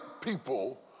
people